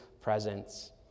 presence